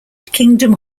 kingdom